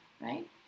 right